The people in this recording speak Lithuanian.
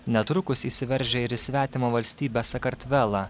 netrukus įsiveržia ir į svetimą valstybę sakartvelą